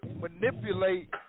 manipulate